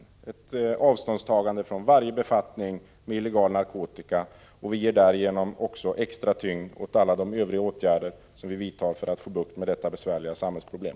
Med ett avståndstagande från varje befattning med illegal narkotika ger vi också extra tyngd åt alla de övriga åtgärder som vi vidtar för att få bukt med detta besvärliga samhällsproblem.